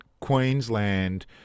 Queensland